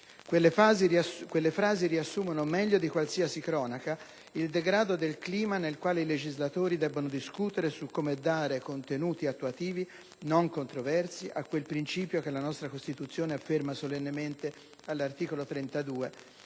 Quelle frasi riassumono meglio di qualsiasi cronaca il degrado del clima nel quale i legislatori debbono discutere su come dare contenuti attuativi non controversi a quel principio che la nostra Costituzione afferma solennemente all'articolo 32: